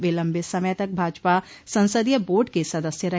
वे लम्बे समय तक भाजपा संसदीय बोर्ड के सदस्य रहे